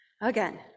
again